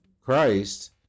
christ